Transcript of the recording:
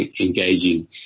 engaging